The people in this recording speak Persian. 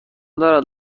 دارد